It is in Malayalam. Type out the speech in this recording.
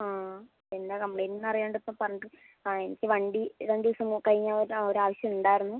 ആ എന്താ കംപ്ലയിൻറ്റീന്ന് അറിയാണ്ട് ഇപ്പോൾ പറഞ്ഞിട്ട് ആ എനിക്ക് വണ്ടി രണ്ട് ദിവസം കഴിഞ്ഞ് ഒരു ഒര് ആവശ്യം ഉണ്ടായിരുന്നു